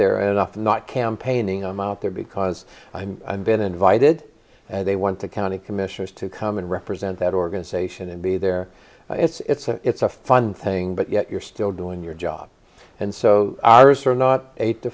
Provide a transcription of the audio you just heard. there and off not campaigning i'm out there because i've been invited and they want the county commissioners to come and represent that organization and be there it's a it's a fun thing but yet you're still doing your job and so are not eight to